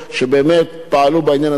שבאמת פעלו בעניין זה,